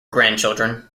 grandchildren